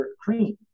cream